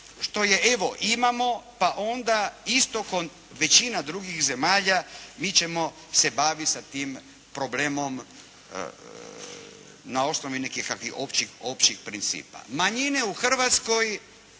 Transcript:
što evo imamo, pa onda isto kao većina drugih zemalja mi ćemo se baviti tim problemom na osnovi nekih općih principa. Manjine u Hrvatskoj